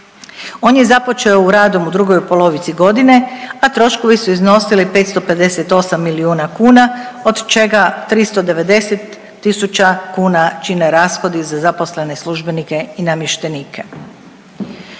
On je započeo radom u drugoj polovici godine, a troškovi su iznosili 558 milijuna kuna od čega 390000 kuna čine rashodi za zaposlene službenike i namještenike.